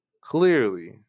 clearly